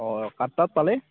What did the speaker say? অ car তাত পালে